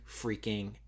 freaking